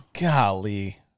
Golly